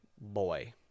Boy